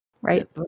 right